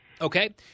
Okay